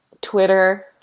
twitter